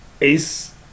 Ace